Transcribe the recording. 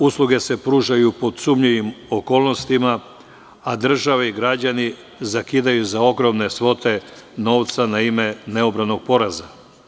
Usluge se pružaju pod sumnjivim okolnostima, a državi i građani zakidaju za ogromne svote novca na ime neobranog poreza.